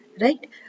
right